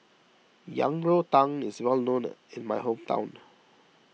Yang Rou Tang is well known in my hometown